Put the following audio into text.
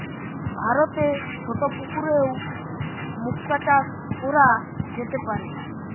ভারতে ছোট পুকুরেও মুক্তা চাষ কোরা যেতে পারে